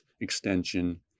extension